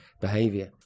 behavior